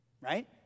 Right